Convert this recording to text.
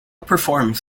performs